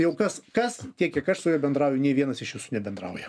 jau kas kas tiek kiek aš su juo bendrauju nei vienas iš jūsų nebendrauja